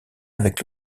avec